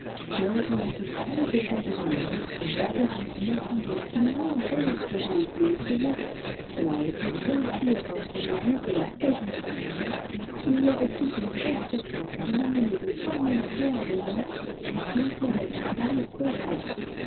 j'ai entendu de grands éclats de rire et j'ai aperçu une assemblée si nombreuse que j'ai été effrayé cela a été bien pire lorsque j'ai vu que la haie disparaissait qu'il n'y avait plus qu'une vaste plaine illuminée de cent mille cierges au moins et qui éclairaient un bal complet